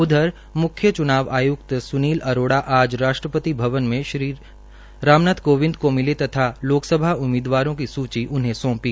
उधर मुख्य चुनाव आयुक्त सुनील अरोड़ा आज राष्ट्रपति भवन में राष्ट्रपति श्री रामनाथ कोविंद को मिले तथा लोकसभा उम्मीदवारों की सूची उन्हें सोंपी